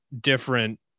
different